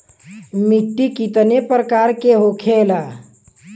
मिट्टी कितने प्रकार के होखेला?